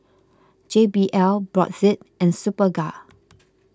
J B L Brotzeit and Superga